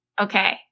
Okay